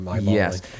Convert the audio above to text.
yes